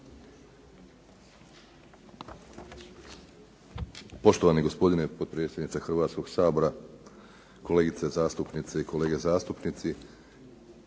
Poštovani gospodine potpredsjedniče Hrvatskog sabora, kolegice zastupnice i kolege zastupnici